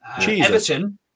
Everton